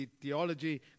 theology